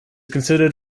considered